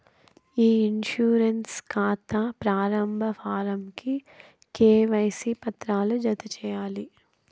ఇ insurance కాతా ప్రారంబ form కి కేవైసీ పత్రాలు జత చేయాలి